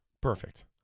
Perfect